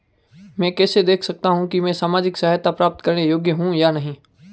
मैं कैसे देख सकता हूं कि मैं सामाजिक सहायता प्राप्त करने योग्य हूं या नहीं?